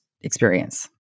experience